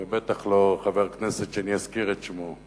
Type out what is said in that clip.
ובטח לא חבר הכנסת שאני אזכיר את שמו,